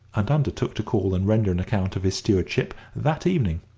and undertook to call and render an account of his stewardship that evening.